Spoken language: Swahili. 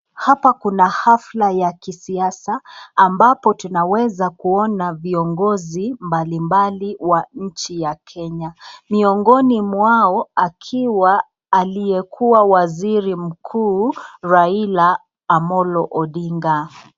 Hapa kuna hafla ya kisiasa ambapo tunaweza viongozi mbalimbali wa nchi ya Kenya miongoni mwao, akiwa aliyekuwa waziri mkuu wa nchi ya Kenya Raila Amolo Odinga.